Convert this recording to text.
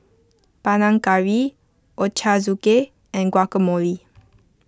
Panang Curry Ochazuke and Guacamole